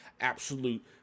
absolute